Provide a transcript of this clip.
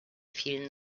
vielen